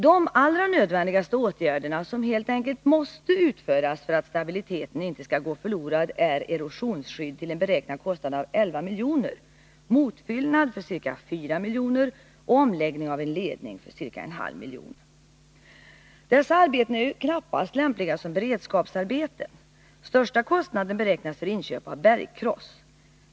De allra nödvändigaste åtgärderna, som helt enkelt måste utföras för att stabiliteten inte skall gå förlorad, är erosionsskydd till en beräknad kostnad av 11 milj.kr., motfyllnad för ca 4 milj.kr. och omläggning av en ledning för ca 0,5 milj.kr. Dessa arbeten är knappast lämpliga som beredskapsarbeten. Största kostnaden beräknas för inköp av bergkross.